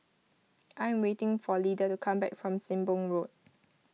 I am waiting for Lida to come back from Sembong Road